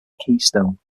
keystone